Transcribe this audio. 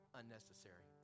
unnecessary